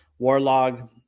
Warlog